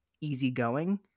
easygoing